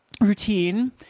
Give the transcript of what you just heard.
routine